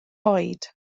oed